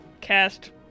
cast